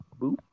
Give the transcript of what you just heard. Boop